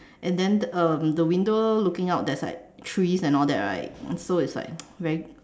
and then um the window looking out there's like trees and all that right so it's like very